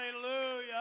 hallelujah